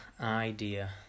idea